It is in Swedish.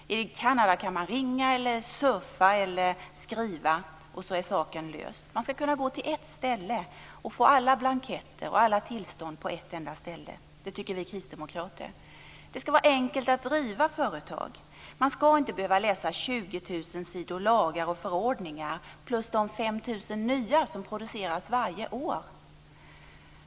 I Kanada kan man ringa, surfa eller skriva, och så är saken klar. Man ska kunna gå till ett ställe och få alla blanketter och alla tillstånd. Det tycker vi kristdemokrater. Det ska vara enkelt att driva företag. Man ska inte behöva läsa 20 000 sidor lagar och förordningar plus de 5 000 nya som produceras varje år.